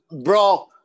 bro